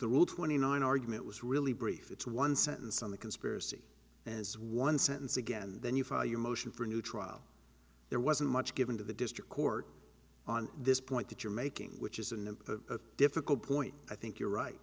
the rule twenty nine argument was really brief it's one sentence on the conspiracy as one sentence again then you file your motion for a new trial there wasn't much given to the district court on this point that you're making which isn't a difficult point i think you're right